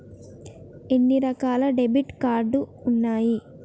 ఎన్ని రకాల debit card ఉన్నాయి?